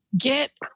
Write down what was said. get